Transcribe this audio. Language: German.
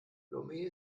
lomé